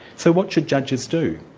so what should judges do?